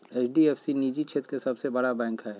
HDF सी निजी क्षेत्र के सबसे बड़ा बैंक हय